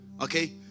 Okay